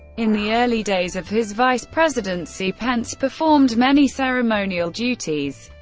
in the early days of his vice presidency, pence performed many ceremonial duties,